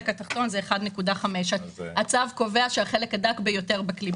התחתון זה 1.5. הצו מדבר על החלק הדק ביותר בכלי.